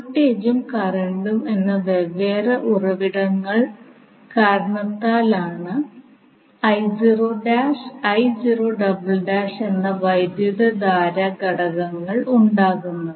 വോൾട്ടേജും കറണ്ട് എന്ന വെവ്വേറെ ഉറവിടങ്ങൾ കാരണത്താലാണ് എന്ന വൈദ്യുത ധാര ഘടകങ്ങൾ ഉണ്ടാകുന്നത്